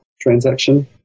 transaction